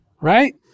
Right